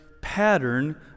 pattern